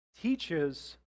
teaches